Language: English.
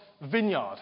vineyard